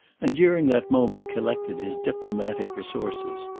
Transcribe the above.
and during that moment collected his diplomatic resources.